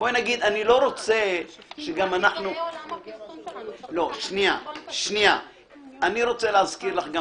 אני לא רוצה שגם אנחנו - אני מזכיר לך,